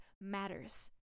matters